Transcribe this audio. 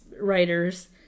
writers